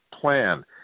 plan